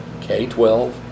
k-12